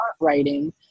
writing